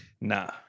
Nah